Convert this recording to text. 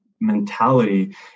mentality